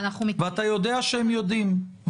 ואתה יודע שהם יודעים,